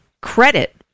credit